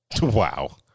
Wow